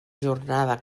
jornada